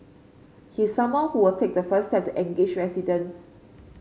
he is someone who will take the first step to engage residents